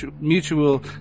mutual